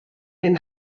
den